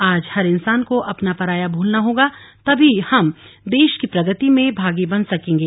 आज हर इंसान को अपना पराया भूलना होगा तभी हम देश की प्रगति में भागी बन सकेगें